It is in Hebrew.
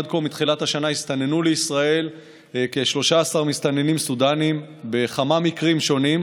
עד כה מתחילת השנה הסתננו לישראל כ-13 מסתננים סודנים בכמה מקרים שונים,